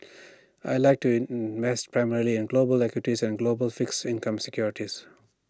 I Like to mass primarily in global equities and global fixed income securities